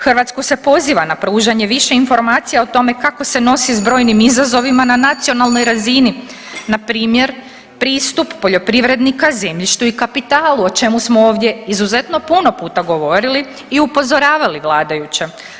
Hrvatsku se poziva na pružanje više informacija o tome kako se nosi s brojnim izazovima na nacionalnoj razini npr. pristup poljoprivrednika zemljištu i kapitalu o čemu smo ovdje izuzetno puno puta govorili i upozoravali vladajuće.